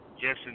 Yes